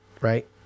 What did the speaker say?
Right